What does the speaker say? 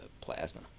plasma